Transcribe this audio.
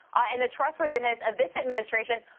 and the trustworthiness of this administration, ah,